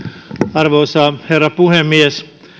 arvoisa herra puhemies